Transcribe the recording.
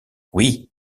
oui